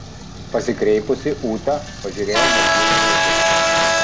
pasikreipusi ūta pažiūrėjo martynui į akis